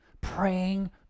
praying